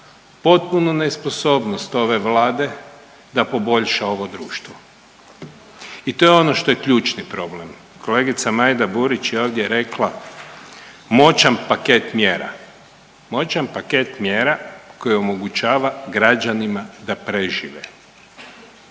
potpunu nesposobnost ove Vlade da poboljša ovo društvo. I to je ono što je ključni problem. Kolegica Majda Burić je ovdje rekla moćan paket mjera. Moćan paket mjera koji omogućava građanima da prežive.